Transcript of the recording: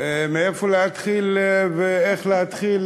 מאיפה להתחיל ואיך להתחיל?